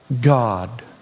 God